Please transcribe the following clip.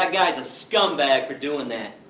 that guy is a scumbag for doing that,